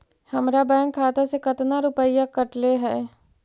हमरा बैंक खाता से कतना रूपैया कटले है?